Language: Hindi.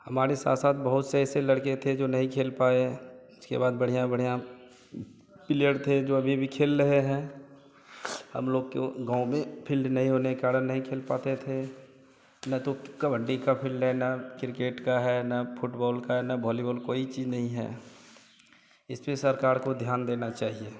हमारे साथ साथ बहुत से ऐसे लड़के थे जो नहीं खेल पाए उसके बाद बढ़िया बढ़िया पीलीयर थे जो अभी भी खेल रहे हैं हम लोग के गाँव में फिल्ड नहीं होने के कारण नहीं खेल पाते थे ना तो कबड्डी का फिल्ड है ना किरकेट का है ना फुटबोल का ना बोलीबोल कोई चीज़ नहीं है इसपर सरकार को ध्यान देना चाहिए